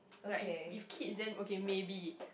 like if kids then okay maybe